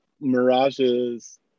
Mirages